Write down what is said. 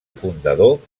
fundador